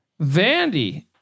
Vandy